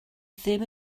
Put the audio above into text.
ddim